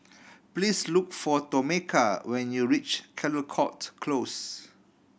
please look for Tomeka when you reach Caldecott Close